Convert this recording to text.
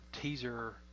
teaser